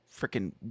freaking